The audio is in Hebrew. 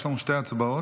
יש לנו שתי הצבעות.